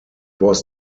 was